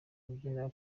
kubyina